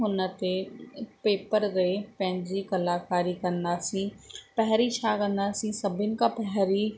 हुन ते पेपर ते पंहिंजी कलाकारी कंदासीं पहिरीं छा कंदासीं सभिनी खां पहिरीं